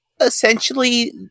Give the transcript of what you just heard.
essentially